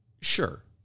Sure